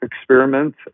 experiment